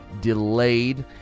delayed